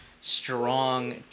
strong